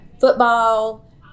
football